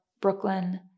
Brooklyn